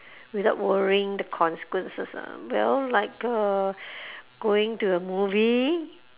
without worrying the consequences ah well like uh going to a movie